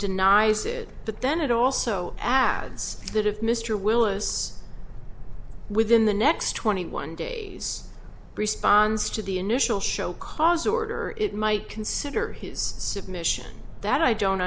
denies it but then it also adds that of mr willis within the next twenty one days response to the initial show cause order it might consider his submission that i don't